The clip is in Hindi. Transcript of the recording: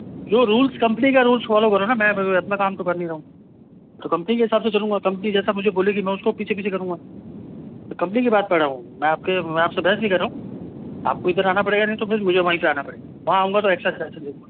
जो रुल्स कंपनी का रुल्स फॉलो करो न मैं अपना काम तो कर नहीं रहा हूँ तो कंपनी के हिसाब से चलूंगा कंपनी जैसा मुझे बोलेगी मैं उसको पीछे पीछे करूंगा कंपनी की बात कर रहा हूँ मैं आपके आपसे बहस नहीं कर रहा हूँ आपको इधर आना पड़ेगा नहीं तो फिर मुझे वहीं पर आना पड़ेगा वहाँ आऊँगा तो एक्स्ट्रा चार्जेस देना पड़ेगा